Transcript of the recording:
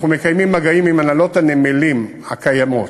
אנחנו מקיימים מגעים עם הנהלות הנמלים הקיימות,